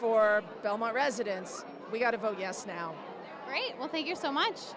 for belmont residents we've got to vote yes now great well thank you so much